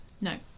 No